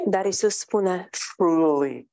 Truly